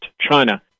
China